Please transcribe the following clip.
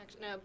No